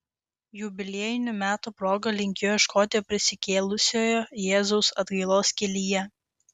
jubiliejinių metų proga linkiu ieškoti prisikėlusiojo jėzaus atgailos kelyje